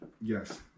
yes